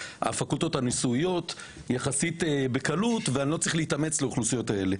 הפקולטות הניסוייות יחסית בקלות ואני לא צריך להתאמץ לאוכלוסיות האלו,